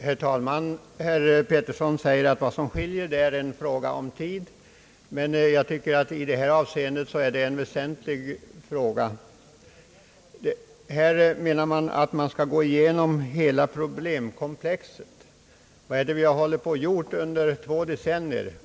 Herr talman! Herr Petersson säger att vad som skiljer är bara en fråga om tid, men jag tycker att det i det här avseendet är en väsentlig skillnad. Utskottsmajoriteten anser att hela problemkomplexet bör gås igenom. Vad har vi då hållit på med att göra under två decennier?